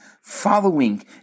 following